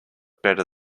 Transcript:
better